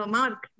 Mark